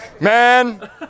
Man